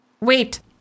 Wait